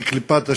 כקליפת השום.